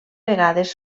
vegades